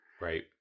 Right